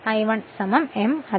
I1 m 2